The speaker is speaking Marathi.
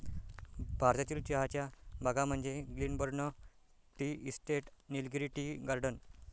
भारतातील चहाच्या बागा म्हणजे Glenburn tea estate, Nilgiri tea garden